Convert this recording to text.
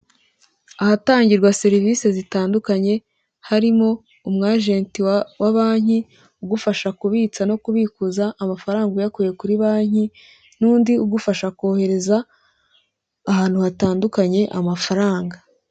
Ahatangirwa serivisi zitandukanye, harimo umu ajenti wa banki, ugufasha kubitsa no kubikuza, amafaranga uyakuye kuri banki, n'undi ugufasha kohereza ahantu hatandukanye amafaranga.